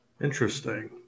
Interesting